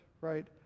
right